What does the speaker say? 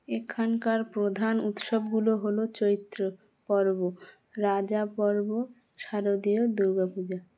এখানকার প্রধান উৎসবগুলো হলো চৈত্র পরব রাজা পরব শারদীয় দুর্গা পূজা